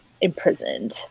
imprisoned